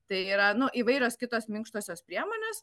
tai yra nu įvairios kitos minkštosios priemonės